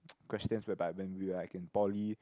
questions whereby when we were like in poly